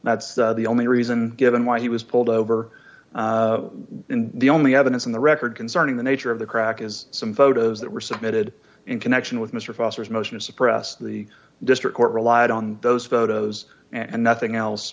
that's the only reason given why he was pulled over in the only evidence in the record concerning the nature of the crack is some photos that were submitted in connection with mr foster's motion to suppress the district court relied on those photos and nothing else